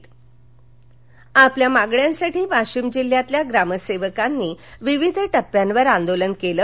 आंदोलन वाशीम आपल्या मागण्यांसाठी वाशीम जिल्ह्यातील ग्रामसेवकांनी विविध टप्प्यांवर आंदोलन केलं